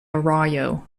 arroyo